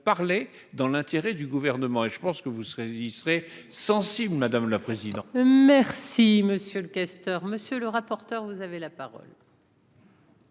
parlé dans l'intérêt du gouvernement et je pense que vous serez, vous y serez sensible, madame la présidente. Merci monsieur le questeur, monsieur le rapporteur, vous avez la parole.